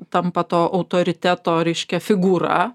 tampa to autoriteto reiškia figūra